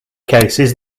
cases